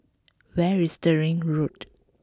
where is Stirling Road